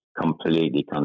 completely